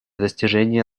достижения